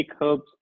herbs